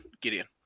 Gideon